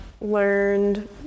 learned